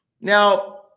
Now